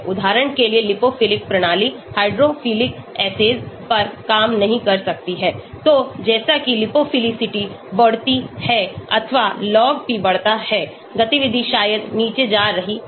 उदाहरण के लिए लिपोफिलिक प्रणाली हाइड्रोफिलिक assays पर काम नहीं कर सकती है जैसे ही लिपोफिलिटी बढ़ती हैअथवा Log P बढ़ता है गतिविधि शायद नीचे जा रही है